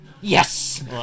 yes